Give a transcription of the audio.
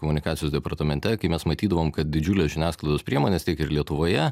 komunikacijos departamente kai mes matydavom kad didžiulio žiniasklaidos priemonės tiek ir lietuvoje